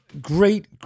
great